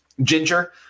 Ginger